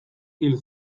hil